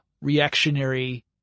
reactionary